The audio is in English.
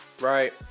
right